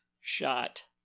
shot